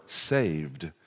saved